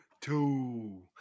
two